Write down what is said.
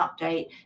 update